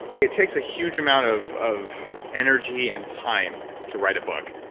it takes a huge amount of of energy and time to write a book,